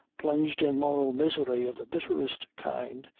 plunged in moral misery of the bitterest kind,